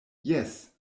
jes